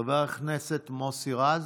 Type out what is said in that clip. חבר הכנסת מוסי רז,